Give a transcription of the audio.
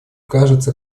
кажется